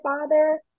father